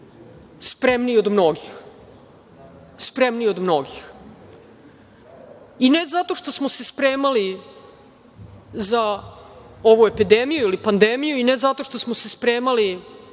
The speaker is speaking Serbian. hvala Bogu, bili spremniji od mnogih. I ne zato što smo se spremali za ovu epidemiju ili pandemiju ili ne zato što smo se spremali